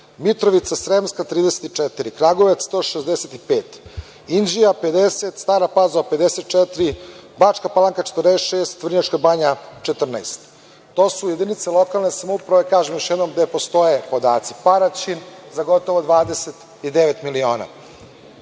Mitrovica 34, Kragujevac 165, Inđija 50, Stara Pazova 54, Bačka Palanka 46, Vrnjačka Banja 14. To su jedinica lokalne samouprave, kažem još jednom, gde postoje podaci. Paraćin za gotovo 29 miliona. Ono